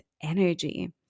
energy